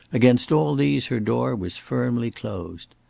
against all these her door was firmly closed.